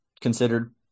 considered